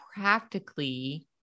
practically